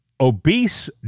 obese